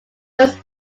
those